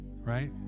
right